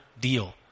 deal